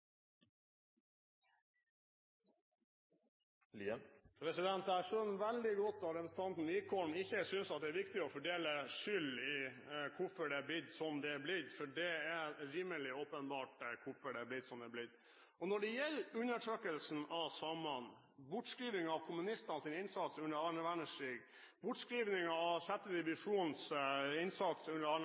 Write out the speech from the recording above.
viktig å fordele skyld, om hvorfor det er blitt som det er blitt, for det er rimelig åpenbart hvorfor det er blitt som det er blitt. Når det gjelder undertrykkelsen av samene, bortskrivningen av kommunistenes innsats under annen verdenskrig, bortskrivningen av 6. divisjons innsats under